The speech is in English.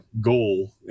goal